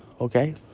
okay